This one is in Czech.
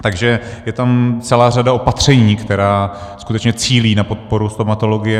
Takže je tam celá řada opatření, které skutečně cílí na podporu stomatologů.